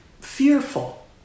fearful